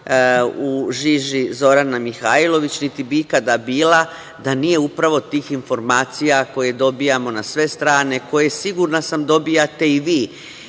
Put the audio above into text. u žiži Zorana Mihajlović, niti bi ikada bila da nije upravo tih informacija koje dobijamo na sve strane, koje sigurna sam dobijate i vi.